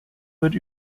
wird